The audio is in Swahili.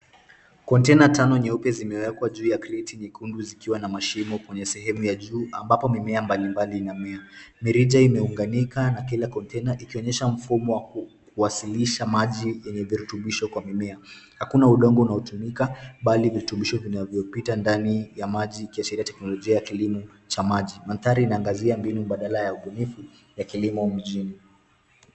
Kontena tano nyeupe zimewekwa juu ya kreti nyekundu zikiwa na mashimo kwenye sehemu ya juu ambapo mimea mbalimbali inamea. Mirija imeunganika na kila kontena ikionyesha mfumo wa kuwasilisha maji yenye virutubisho kwa mimea. Hakuna udongo unaotumika, bali virutubisho vinavyopita ndani ya maji ikiashiria teknolojia ya kilimo cha maji. Mandhari inaangazia mbinu badala ya ubunifu ya kilimo mjini.